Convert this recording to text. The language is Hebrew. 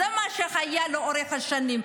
זה מה שהיה לאורך השנים.